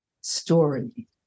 story